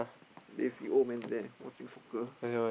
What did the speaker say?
then see old man there watching soccer